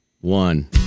one